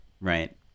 Right